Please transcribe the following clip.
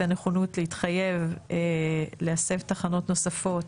הנכונות להתחייב להסב תחנות נוספות,